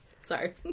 Sorry